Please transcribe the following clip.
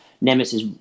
Nemesis